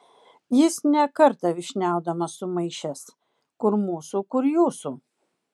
jis ne kartą vyšniaudamas sumaišęs kur mūsų kur jūsų